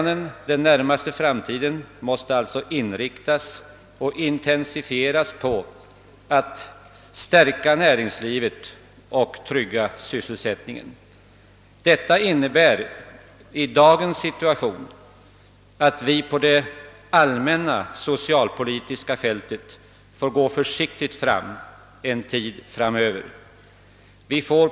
Det innebär att vi får gå försiktigt fram på det allmänna socialpolitiska fältet en tid framöver.